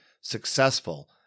successful